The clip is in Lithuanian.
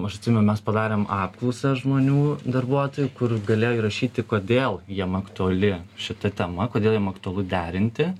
aš atsimenu mes padarėm apklausą žmonių darbuotojų kur galėjo įrašyti kodėl jiem aktuali šita tema kodėl jiem aktualu derinti